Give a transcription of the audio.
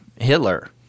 Hitler